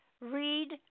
read